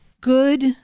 good